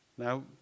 Now